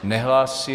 Nehlásí.